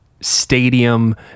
stadium